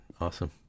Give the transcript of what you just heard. Awesome